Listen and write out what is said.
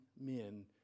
men